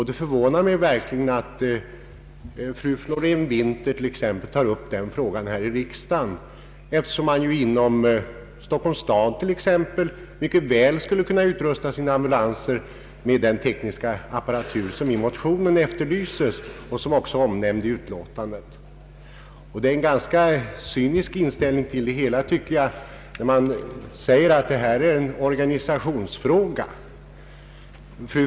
Det förvånar mig verkligen att fru Florén-Winther tar upp den frågan här i riksdagen, eftersom t.ex. Stockholms stad mycket väl skulle kunna utrusta sina ambulanser med den tekniska apparatur som efterlyses i motionen och som också nämns i utlåtandet, Det vittnar om en ganska cynisk inställning, tycker jag, när man säger att detta är en organisationsfråga.